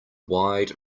wide